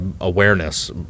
awareness